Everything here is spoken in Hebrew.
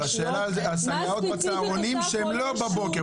אבל השאלה על הסייעות בצהרונים שהן לא בבוקר,